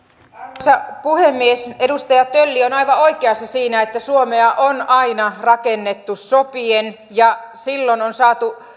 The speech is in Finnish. arvoisa puhemies edustaja tölli on aivan oikeassa siinä että suomea on aina rakennettu sopien ja silloin on saatu